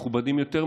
מכובדים יותר,